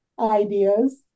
ideas